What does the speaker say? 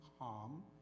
harm